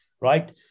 right